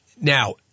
Now